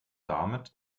damit